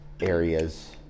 areas